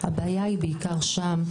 הבעיה היא בעיקר שם.